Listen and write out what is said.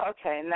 Okay